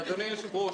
אדוני היושב ראש,